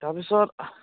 তাৰপিছত